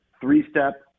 three-step